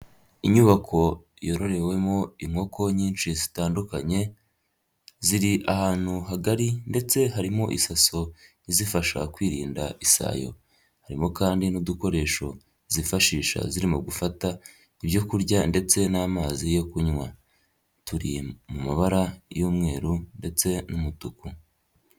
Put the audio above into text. Inyubako yororewemo inkoko nyinshi zitandukanye, ziri ahantu hagari ndetse harimo isaso izifasha kwirinda isayo. Harimo kandi n'udukoresho zifashisha zirimo gufata ibyo kurya ndetse n'amazi yo kunywa. Turi mu mabara y'umweru ndetse n'umutuku.